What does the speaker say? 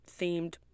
themed